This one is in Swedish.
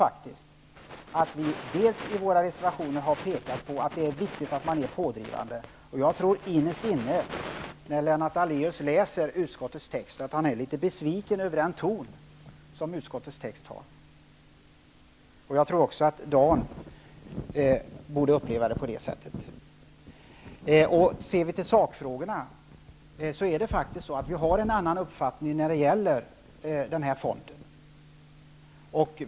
Jag tycker att vi i våra reservationer har pekat på att det är viktigt att man är pådrivande. Jag tror innerst inne att Lennart Daléus blir litet besviken över tonen i utskottets text när han läser den. Jag tycker att även Dan Ericsson borde uppleva det på detta sätt. I sakfrågorna har vi faktiskt en annan uppfattning när det gäller denna fond.